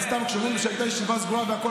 אבל כשאומרים שהייתה ישיבה סגורה והכול